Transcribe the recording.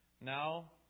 Now